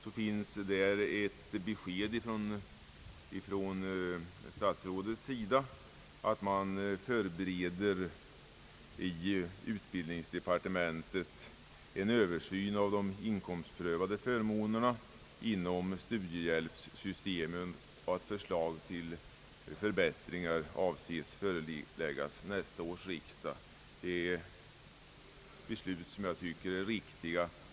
I den lämnas ett besked från statsrådets sida om att man i utbildningsdepartementet förbereder en översyn av de inkomstprövade förmånerna inom studiehjälpssystemet och att förslag till förbättringar avses att föreläggas nästa års riksdag. Det är förslag som jag tycker är riktiga.